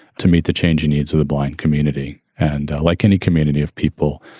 to meet the changing needs of the blind community? and like any community of people,